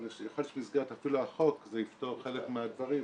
אבל יכול להיות שאפילו במסגרת החוק זה יפתור חלק מהדברים.